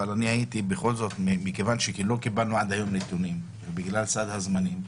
אבל מכיוון שלא קיבלנו עד היום נתונים ובגלל סד הזמנים,